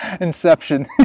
Inception